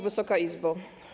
Wysoka Izbo!